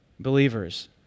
Believers